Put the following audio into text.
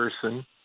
person